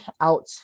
out